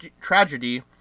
tragedy